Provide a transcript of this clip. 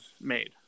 made